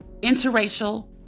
interracial